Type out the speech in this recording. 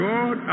God